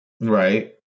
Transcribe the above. Right